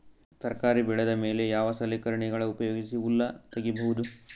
ತರಕಾರಿ ಬೆಳದ ಮೇಲೆ ಯಾವ ಸಲಕರಣೆಗಳ ಉಪಯೋಗಿಸಿ ಹುಲ್ಲ ತಗಿಬಹುದು?